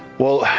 well